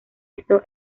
eso